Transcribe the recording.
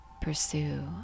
pursue